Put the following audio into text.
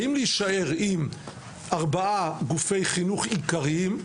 האם להישאר עם ארבעה גופי חינוך עיקריים,